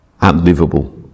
unlivable